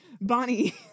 Bonnie